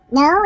no